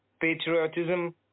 patriotism